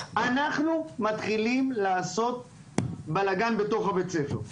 אנחנו מתחילים לעשות בלגן בתוך בית הספר.